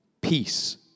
peace